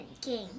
king